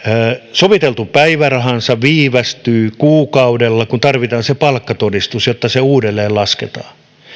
soviteltu päivärahansa viivästyy kuukaudella kun tarvitaan se palkkatodistus jotta se uudelleen lasketaan